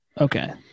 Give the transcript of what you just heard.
okay